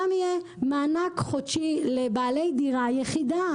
גם יהיה מענק חודשי לבעלי דירה יחידה,